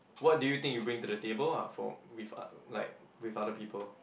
what do you think you bring to the table ah for with are like with other people